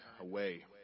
away